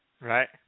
Right